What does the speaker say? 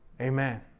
Amen